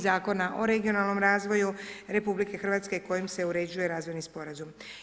Zakona o regionalnom razvoju RH kojim se uređuje Razvojni sporazum.